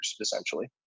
essentially